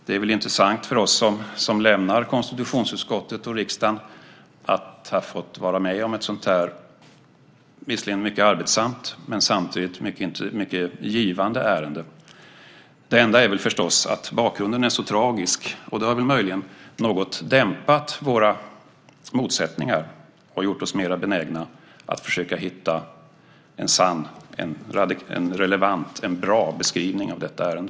Det har varit intressant för oss som lämnar konstitutionsutskottet och riksdagen att ha fått vara med om ett sådant här, visserligen mycket arbetsamt men samtidigt mycket givande, ärende. Det enda är förstås att bakgrunden är så tragisk, och det har möjligen något dämpat våra motsättningar och gjort oss mer benägna att försöka hitta en sann, relevant och bra beskrivning av detta ärende.